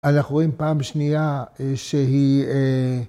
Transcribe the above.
‫אנחנו רואים פעם שנייה שהיא...